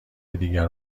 دیگر